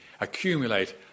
accumulate